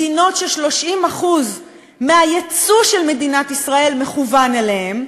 מדינות ש-30% מהיצוא של מדינת ישראל מכוון אליהן,